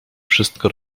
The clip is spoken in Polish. wszystko